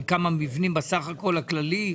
על כמה מבנים בסך הכל הכללי?